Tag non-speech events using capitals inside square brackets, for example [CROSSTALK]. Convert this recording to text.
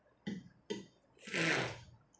[NOISE]